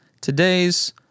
Today's